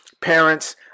parents